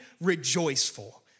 rejoiceful